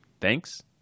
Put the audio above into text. thanks